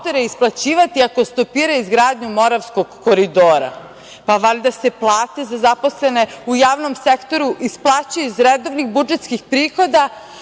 isplaćivati ako stopiraju izgradnju Moravskog koridora. Pa, valjda se plate za zaposlene u javnom sektoru isplaćuju iz redovnih budžetskih prihoda,